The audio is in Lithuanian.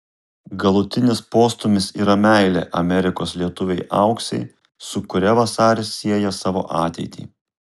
galutinis postūmis yra meilė amerikos lietuvei auksei su kuria vasaris sieja savo ateitį